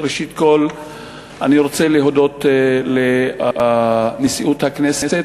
ראשית כול אני רוצה להודות לנשיאות הכנסת